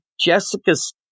Jessica's